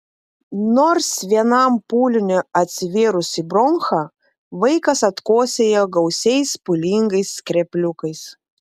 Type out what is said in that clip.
nors vienam pūliniui atsivėrus į bronchą vaikas atkosėja gausiais pūlingais skrepliukais